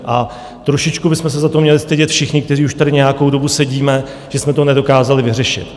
A trošičku bychom se za to měli stydět všichni, kteří už tady nějakou dobu sedíme, že jsme to nedokázali vyřešit.